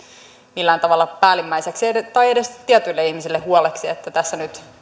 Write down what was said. millään tavalla päällimmäiseksi tai edes tietyille ihmisille huoleksi että tässä nyt